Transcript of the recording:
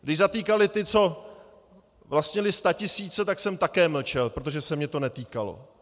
Když zatýkali ty, co vlastnili statisíce, tak jsem také mlčel, protože se mě to netýkalo.